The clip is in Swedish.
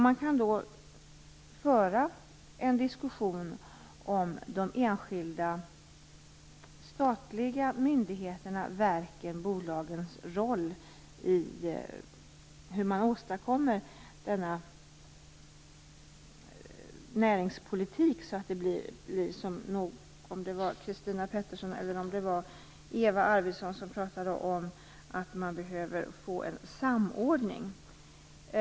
Man kan föra en diskussion om de enskilda statliga myndigheternas, verkens, bolagens roll i hur man åstadkommer denna näringspolitik. Christina Pettersson eller Eva Arvidsson pratade om att det behövs en samordning.